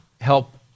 help